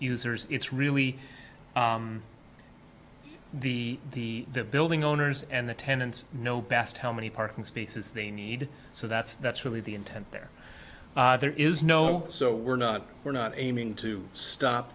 sers it's really the the building owners and the tenants know best how many parking spaces they need so that's that's really the intent there there is no so we're not we're not aiming to stop